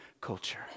culture